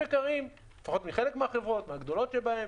לפחות מחלק מהחברות, הגדולות שבהן: